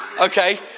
okay